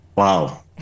Wow